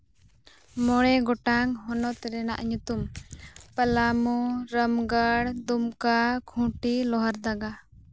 ᱢᱚᱬᱮ ᱜᱚᱴᱟᱝ ᱦᱚᱱᱚᱛ ᱨᱮᱱᱟᱜ ᱧᱩᱛᱩᱢ ᱯᱟᱞᱟᱢᱳ ᱨᱟᱢᱜᱚᱲ ᱫᱩᱢᱠᱟ ᱠᱷᱩᱴᱤ ᱞᱳᱦᱟᱨᱫᱟᱜᱟ